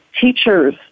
teachers